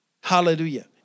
Hallelujah